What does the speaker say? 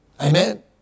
Amen